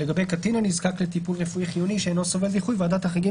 לגבי קטין הנזקק לטיפול רפואי חיוני שאינו סובל דיחוי - ועדת החריגים